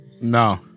No